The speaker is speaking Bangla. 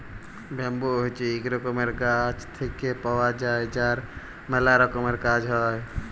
ব্যাম্বু হছে ইক রকমের গাছ থেক্যে পাওয়া যায় যার ম্যালা রকমের কাজ হ্যয়